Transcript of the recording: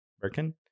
Birkin